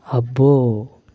అబ్బో